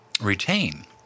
retain